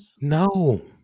no